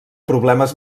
problemes